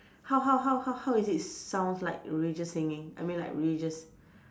how how how how how is it sounds like religious singing I mean like religious